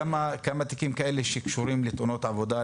כמה תיקים כאלה שקשורים לתאונות עבודה,